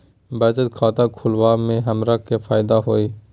बचत खाता खुला वे में हमरा का फायदा हुई?